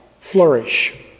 flourish